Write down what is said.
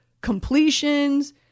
completions